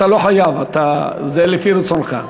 אתה לא חייב, זה לפי רצונך.